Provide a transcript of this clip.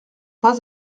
pas